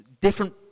different